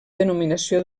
denominació